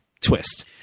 twist